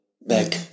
back